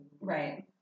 right